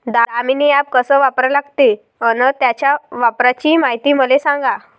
Damini app कस वापरा लागते? अन त्याच्या वापराची मायती मले सांगा